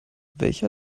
welcher